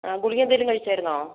ആ ഗുളിക എന്തേലും കഴിച്ചായിരുന്നോ